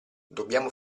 dobbiamo